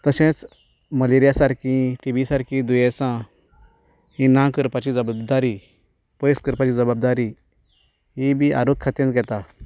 तशेंच मलेरिया सारकी टिबी सारकीं दुयेंसां हीं ना करपाची जबाबदारी पयस करपाची जबाबदारी ही बी आरोग्य खातेंच घेता